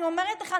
אני אומרת לך,